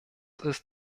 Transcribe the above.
ist